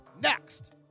next